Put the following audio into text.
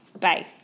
Bye